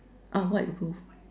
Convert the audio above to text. ah white booth